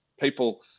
People –